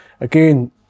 Again